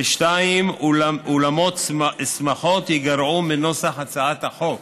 2. אולמות שמחות ייגרעו מנוסח הצעת החוק.